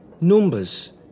Numbers